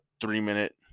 three-minute